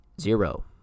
zero